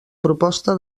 proposta